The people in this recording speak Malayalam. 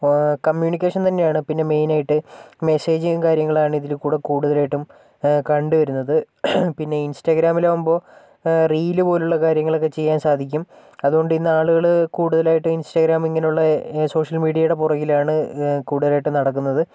കമ്മ്യൂണിക്കേഷൻ തന്നെയാണ് പിന്നെ മെയിനായിട്ട് മെസ്സേജും കാര്യങ്ങളുമാണ് ഇതിൽ കൂടെ കൂടുതലായിട്ടും കണ്ട് വരുന്നത് പിന്നെ ഇൻസ്റ്റാഗ്രാമിലാകുമ്പോൾ റീല് പോലുള്ള കാര്യങ്ങളൊക്കെ ചെയ്യാൻ സാധിക്കും അതുകൊണ്ട് ഇന്ന് ആളുകള് കൂടുതലായിട്ട് ഇൻസ്റ്റഗ്രാമ് ഇങ്ങനെയുള്ള സോഷ്യൽ മീഡിയയുടെ പുറകിലാണ് കൂടുതലായിട്ടും നടക്കുന്നത്